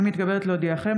הינני מתכבדת להודיעכם,